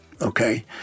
okay